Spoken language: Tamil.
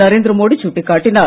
நரேந்திர மோடி சுட்டிக் காட்டினார்